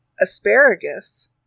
asparagus